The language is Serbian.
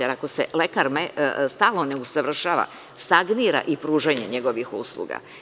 Jer, ako se lekar stalno ne usavršava, stagnira i pružanje njegovih usluga.